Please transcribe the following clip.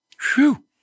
Phew